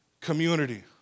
community